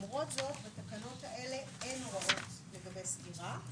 ולמרות זאת בתקנות האלה אין הוראות לגבי סגירה.